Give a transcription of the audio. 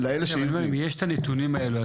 אבל אם יש את הנתונים האלה,